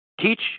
Teach